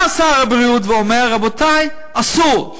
בא שר הבריאות ואומר: רבותי, אסור.